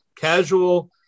casual